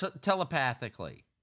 telepathically